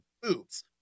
boobs